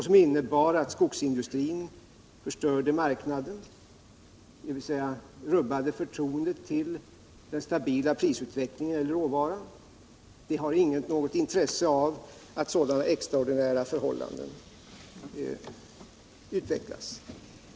Det innebar att skogsindustrin förstörde marknader, dvs. rubbade förtroendet till den stabila prisutvecklingen när det gällde råvaran. Ingen har något intresse av att sådana extraordinära förhållanden utvecklas.